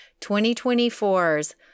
2024's